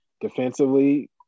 defensively